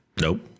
Nope